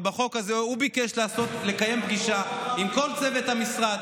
אבל בחוק הזה הוא ביקש לקיים פגישה עם כל צוות המשרד,